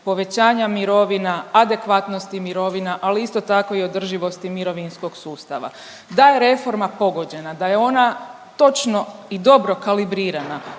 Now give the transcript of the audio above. povećanja mirovina, adekvatnosti mirovina, ali isto tako i održivosti mirovinskog sustava. Da je reforma pogođena, da je ona točno i dobro kalibrirana